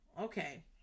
Okay